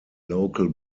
local